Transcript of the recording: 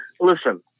Listen